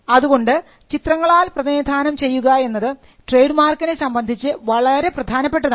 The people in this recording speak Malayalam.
അതുകൊണ്ട് ചിത്രങ്ങളാൽ പ്രതിനിധാനം ചെയ്യുക എന്നത് ട്രേഡ് മാർക്കിനെ സംബന്ധിച്ച് വളരെ പ്രധാനപ്പെട്ടതാണ്